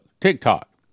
TikTok